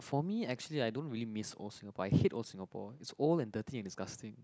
for me actually I don't really miss old Singapore I hate old Singapore is old and dirty and disgusting